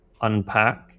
unpack